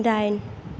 डाइन